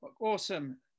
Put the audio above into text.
Awesome